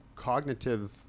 cognitive